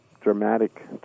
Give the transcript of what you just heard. dramatic